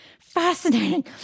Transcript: Fascinating